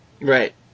Right